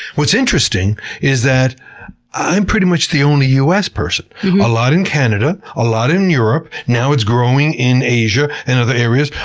what's interesting is that i'm pretty much the only us person a lot in canada, a lot in europe, now it's growing in asia and other areas,